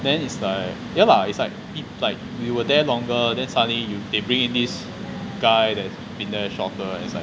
then is like ya lah it's like it's like we were there longer then suddenly you they bring in this guy that been the shorter it's like